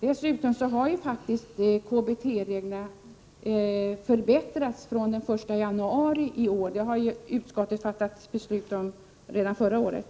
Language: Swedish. Dessutom har faktiskt KBT-reglerna förbättrats från den 1 januari i år — det har utskottet fattat beslut om redan förra året.